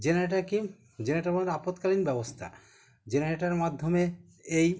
generator কি generator বলতে আপাতকালীন ব্যবস্থা জেনারেটারের মাধ্যমে এই